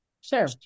Sure